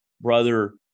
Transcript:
brother